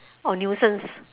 or nuisance